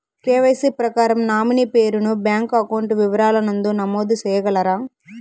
KYC ప్రకారం nominee పేరు ను బ్యాంకు అకౌంట్ వివరాల నందు నమోదు సేయగలరా?